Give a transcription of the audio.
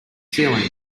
ceiling